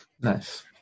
Nice